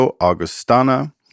Augustana